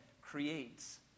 creates